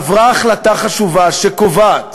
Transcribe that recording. עברה החלטה חשובה, שקובעת